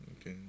okay